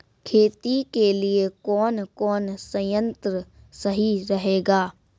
खेती के लिए कौन कौन संयंत्र सही रहेगा?